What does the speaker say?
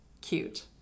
cute